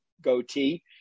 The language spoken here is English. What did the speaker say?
goatee